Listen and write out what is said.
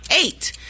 Eight